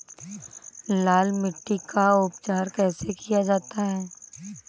लाल मिट्टी का उपचार कैसे किया जाता है?